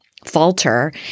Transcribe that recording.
Falter